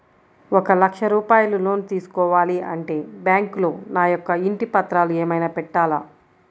ఒక లక్ష రూపాయలు లోన్ తీసుకోవాలి అంటే బ్యాంకులో నా యొక్క ఇంటి పత్రాలు ఏమైనా పెట్టాలా?